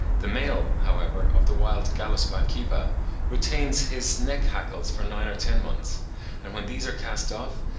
the male, however, of the wild gallus bankiva retains his neck-hackles for nine or ten months and when these are cast off,